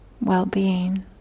well-being